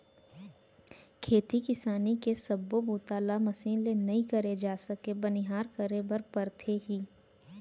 खेती किसानी के सब्बो बूता ल मसीन ले नइ करे जा सके बनिहार करे बर परथे ही